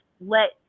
let